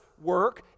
work